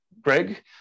Greg